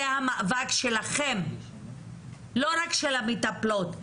זה המאבק שלכם, לא רק של המטפלות.